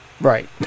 Right